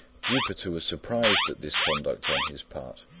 jupiter was surprised at this conduct on his part,